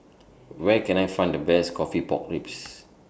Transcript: Where Can I Find The Best Coffee Pork Ribs